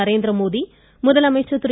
நரேந்திரமோடி முதலமைச்சர் திரு